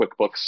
QuickBooks